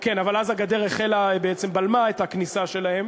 כן, אבל אז הגדר בעצם בלמה את הכניסה שלהם.